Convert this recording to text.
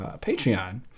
Patreon